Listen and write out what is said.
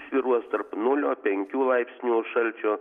svyruos tarp nulio penkių laipsnių šalčio